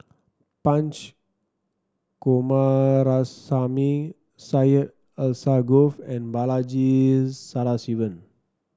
Punch Coomaraswamy Syed Alsagoff and Balaji Sadasivan